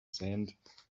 sand